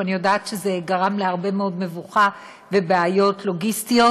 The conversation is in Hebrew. ואני יודעת שזה גרם להרבה מאוד מבוכה ובעיות לוגיסטיות,